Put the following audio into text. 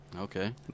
Okay